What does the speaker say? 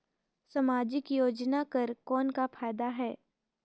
समाजिक योजना कर कौन का फायदा है?